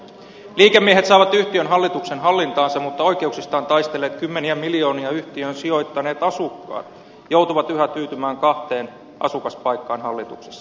liikemiehet saavat yhtiön hallituksen hallintaansa mutta oikeuksistaan taistelleet kymmeniä miljoonia yhtiöön sijoittaneet asukkaat joutuvat yhä tyytymään kahteen asukaspaikkaan hallituksessa